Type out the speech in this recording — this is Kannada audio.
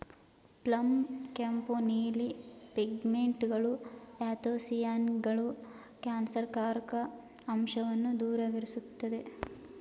ಪ್ಲಮ್ನ ಕೆಂಪು ನೀಲಿ ಪಿಗ್ಮೆಂಟ್ಗಳು ಆ್ಯಂಥೊಸಿಯಾನಿನ್ಗಳು ಕ್ಯಾನ್ಸರ್ಕಾರಕ ಅಂಶವನ್ನ ದೂರವಿರ್ಸ್ತದೆ